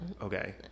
Okay